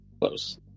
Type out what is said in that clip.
close